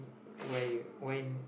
why you why